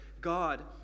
God